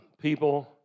people